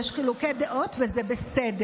יש חילוקי דעות, וזה בסדר.